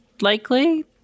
likely